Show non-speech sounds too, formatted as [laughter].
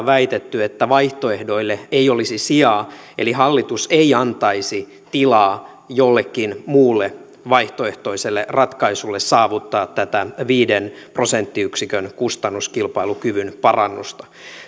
[unintelligible] väitetty että vaihtoehdoille ei olisi sijaa eli hallitus ei antaisi tilaa jollekin muulle vaihtoehtoiselle ratkaisulle saavuttaa tätä viiden prosenttiyksikön kustannuskilpailukyvyn parannusta